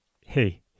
hey